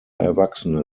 erwachsene